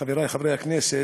חברי חברי הכנסת,